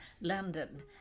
London